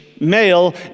male